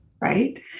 right